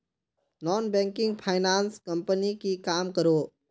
Non banking finance company की काम करोहो?